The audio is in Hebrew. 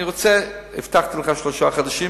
הבטחתי לך שלושה חודשים.